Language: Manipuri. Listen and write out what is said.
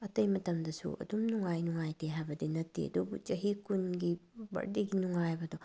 ꯑꯇꯩ ꯃꯇꯝꯗꯁꯨ ꯑꯗꯨꯝ ꯅꯨꯡꯉꯥꯏ ꯅꯨꯡꯉꯥꯏꯇꯦ ꯍꯥꯏꯕꯗꯤ ꯅꯠꯇꯦ ꯑꯗꯨꯕꯨ ꯆꯍꯤ ꯀꯨꯟꯒꯤ ꯕꯥꯔꯗꯦꯒꯤ ꯅꯨꯡꯉꯥꯏꯕꯗꯣ